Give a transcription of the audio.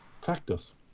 Factus